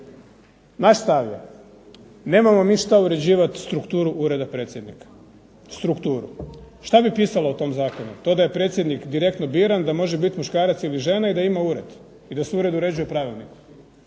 Naš stav je, nemamo mi što uređivati strukturu ureda predsjednika, strukturu. Što bi pisalo u tom zakonu? To da je predsjednik direktno biran, da može biti muškarac ili žena i da ima ured i da se ured uređuje pravilnikom.